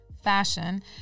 fashion